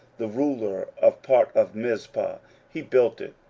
the ruler of part of mizpah he built it,